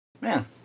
Man